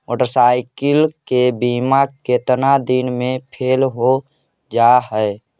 Motorcycle के बिमा केतना दिन मे फेल हो जा है?